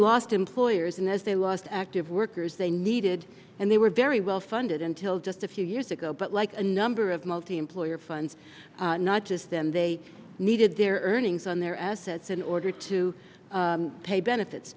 lost employers and as they lost active workers they needed and they were very well funded until just a few years ago but like a number of multi employer funds not just them they needed their earnings on their assets in order to pay benefits